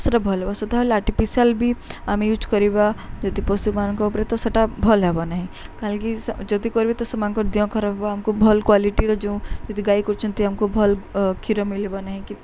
ସେଇଟା ଭଲ୍ ହବ ସେ ତା'ହେଲେ ଆର୍ଟିଫିସିଆଲ୍ବି ଆମେ ୟୁଜ୍ କରିବା ଯଦି ପଶୁମାନଙ୍କ ଉପରେ ତ ସେଇଟା ଭଲ୍ ହେବ ନାହିଁ କାହିଁକି ଯଦି କର୍ବେ ତ ସେମାନଙ୍କର ଦେହ ଖରାପ ହବ ଆମକୁ ଭଲ କ୍ଵାଲିଟିର ଯେଉଁ ଯଦି ଗାଈ କରୁଛନ୍ତି ଆମକୁ ଭଲ୍ କ୍ଷୀର ମିଳିବ ନାହିଁ କି